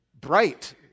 bright